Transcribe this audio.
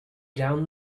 down